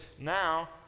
now